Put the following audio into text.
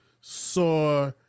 saw